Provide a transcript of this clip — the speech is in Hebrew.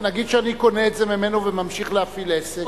נגיד שאני קונה את זה ממנו וממשיך להפעיל עסק?